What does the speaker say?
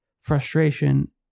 frustration